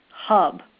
Hub